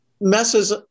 messes